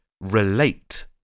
relate